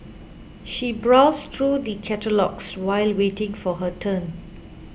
she browsed through the catalogues while waiting for her turn